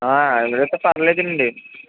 ఎల్లుండైతే పర్లేదండి